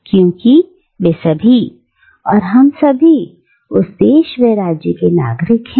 क्योंकि वे सभी और हम सभी उस देश व राज्य के नागरिक हैं